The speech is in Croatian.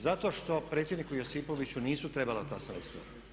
Zato što predsjedniku Josipoviću nisu trebala ta sredstva.